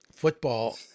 football